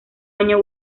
año